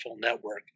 network